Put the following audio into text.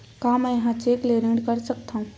का मैं ह चेक ले ऋण कर सकथव?